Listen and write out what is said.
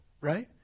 right